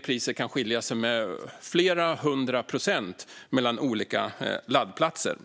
priset skilja sig med flera hundra procent mellan olika laddplatser.